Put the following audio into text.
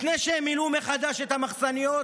לפני שהם מילאו מחדש את המחסניות,